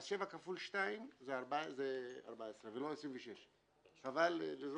אז שבע כפול שניים זה 14 ולא 26. חבל לזרוק